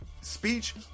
speech